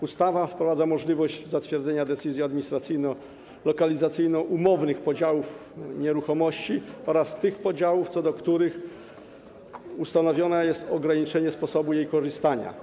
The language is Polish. Ustawa wprowadza możliwość zatwierdzenia decyzji administracyjno-lokalizacyjno-umownych podziałów nieruchomości oraz tych podziałów, co do których ustanowione jest ograniczenie sposobu korzystania z nieruchomości.